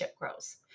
grows